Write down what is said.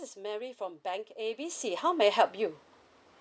is mary from bank A B C how may I help you